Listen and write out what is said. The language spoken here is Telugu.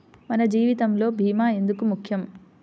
మన జీవితములో భీమా ఎందుకు ముఖ్యం?